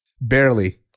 Barely